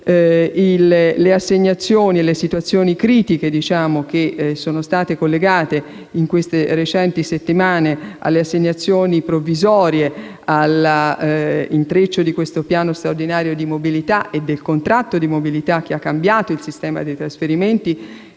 Le assegnazioni e le situazioni critiche che in queste recenti settimane sono state collegate alle assegnazioni provvisorie, all'intreccio di questo piano straordinario di mobilità e del contratto di mobilità, che ha cambiato il sistema dei trasferimenti